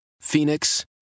Phoenix